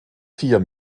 vier